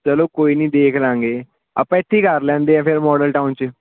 ਚਲੋ ਕੋਈ ਨਹੀਂ ਦੇਖ ਲਵਾਂਗੇ ਆਪਾਂ ਇੱਥੇ ਹੀ ਕਰ ਲੈਂਦੇ ਹਾਂ ਫਿਰ ਮੋਡਲ ਟਾਊਨ 'ਚ